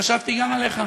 חשבתי גם עליך.